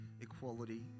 equality